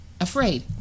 afraid